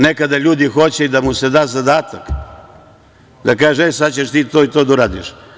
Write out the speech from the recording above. Nekada ljudi hoće da im se da zadatak, da se kaže – sad ćeš ti to i to da uradiš.